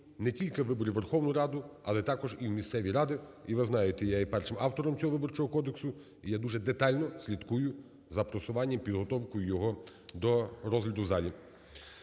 не тільки виборів у Верховну Раду, але також і в місцеві ради. І ви знаєте, я є першим автором цього Виборчого кодексу. І я дуже детально слідкую за просуванням, підготовкою його до розгляду в залі.